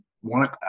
one